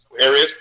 areas